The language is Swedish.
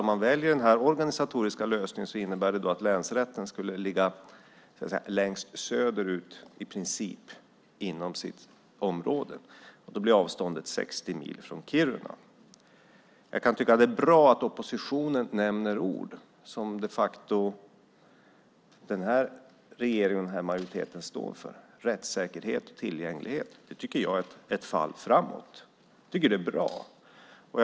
Om man väljer den här organisatoriska lösningen innebär det att länsrätten skulle ligga längst söderut inom sitt område. Då blir avståndet 60 mil från Kiruna. Jag tycker att det är bra att oppositionen nämner ord som den här regeringen och majoriteten står för: rättssäkerhet och tillgänglighet. Det tycker jag är ett fall framåt. Jag tycker att det är bra.